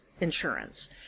insurance